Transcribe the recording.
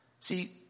See